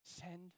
Send